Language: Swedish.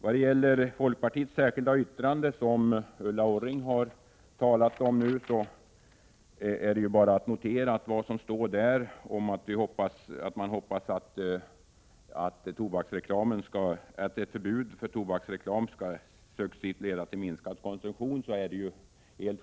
Vad gäller folkpartiets särskilda yttrande, som Ulla Orring talade om, är bara att notera att det står i detta yttrande att ett förbud mot tobaksreklam successivt kan leda till en minskning av konsumtionen.